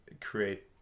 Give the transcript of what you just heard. create